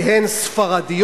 כי הן ספרדיות,